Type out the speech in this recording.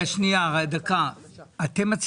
משותף.